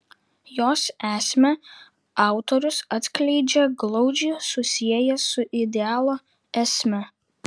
jos esmę autorius atskleidžia glaudžiai susiejęs su idealo esme